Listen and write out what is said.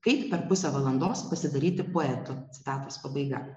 kaip per pusę valandos pasidaryti poetu citatos pabaiga